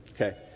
Okay